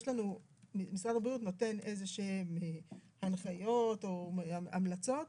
משרד הבריאות נותן איזה שהן הנחיות או המלצות,